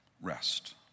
rest